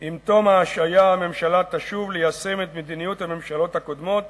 "עם תום ההשעיה הממשלה תשוב ליישם את מדיניות הממשלות הקודמות